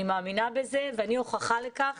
אני מאמינה בזה, ואני ההוכחה לכך